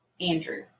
Andrew